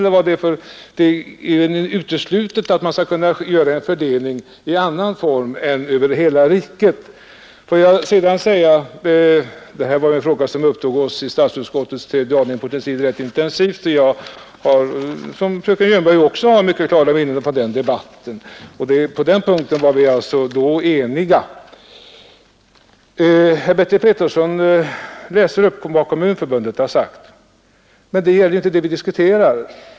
Det är uteslutet att göra en fördelning i annan form än över hela riket. Den här frågan upptog oss på sin tid rätt intensivt inom statsutskottets tredje avdelning. Jag har liksom fröken Ljungberg ett klart minne av den debatten. På den punkten var vi alltså då ense. Herr Petersson i Nybro läser upp vad Kommunförbundet har sagt, men det är egentligen inte det vi diskuterar.